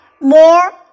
more